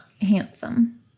handsome